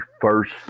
first